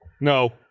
No